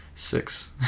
six